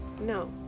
no